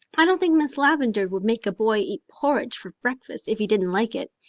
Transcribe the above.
i don't think miss lavendar would make a boy eat porridge for breakfast if he didn't like it.